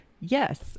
yes